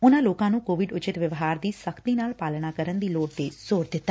ਉਨਾਂ ਲੋਕਾਂ ਨੂੰ ਕੋਵਿਡ ਉਚਿਤ ਵਿਵਹਾਰ ਦੀ ਸਖ਼ਤੀ ਨਾਲ ਪਾਲਣਾ ਕਰਨ ਦੀ ਲੋੜ ਤੇ ਜ਼ੋਰ ਦਿੱਤਾ